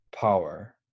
power